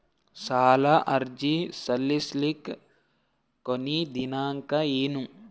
ಸಾಲ ಅರ್ಜಿ ಸಲ್ಲಿಸಲಿಕ ಕೊನಿ ದಿನಾಂಕ ಏನು?